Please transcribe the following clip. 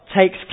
takes